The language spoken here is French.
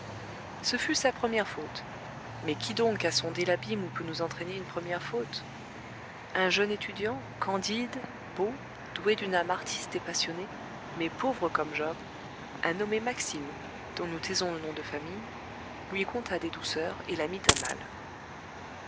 ce fut sa première faute mais qui donc a sondé l'abîme où peut nous entraîner une première faute un jeune étudiant candide beau doué d'une âme artiste et passionnée mais pauvre comme job un nommé maxime dont nous taisons le nom de famille lui conta des douceurs et la mit à mal